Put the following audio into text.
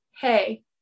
hey